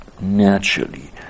naturally